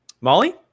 Molly